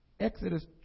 Exodus